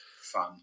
fun